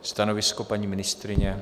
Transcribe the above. Stanovisko, paní ministryně?